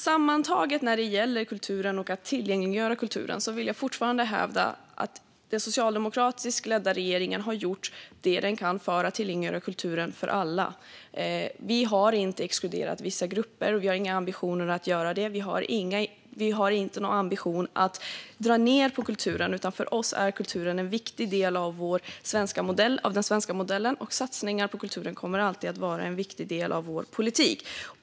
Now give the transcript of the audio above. Sammantaget när det gäller kulturen och att tillgängliggöra kulturen hävdar jag fortfarande att den socialdemokratiskt ledda regeringen har gjort det den kan för att tillgängliggöra kulturen för alla. Vi har inte exkluderat vissa grupper, och vi har inga ambitioner att göra det. Vi har ingen ambition att dra ned på kulturen, utan för oss är kulturen en viktig del av den svenska modellen. Satsningar på kulturen kommer alltid att vara en viktig del av vår politik.